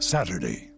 Saturday